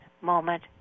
moment